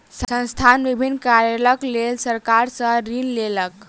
संस्थान विभिन्न कार्यक लेल सरकार सॅ ऋण लेलक